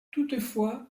toutefois